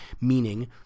meaning